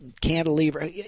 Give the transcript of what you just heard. cantilever